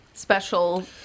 special